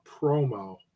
promo